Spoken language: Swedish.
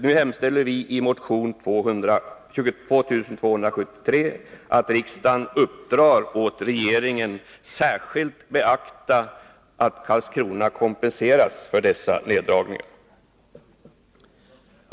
Nu hemställer vi i motion 2273 att riksdagen uppdrar åt regeringen att särskilt beakta att Karlskrona kompenseras för dessa neddragningar.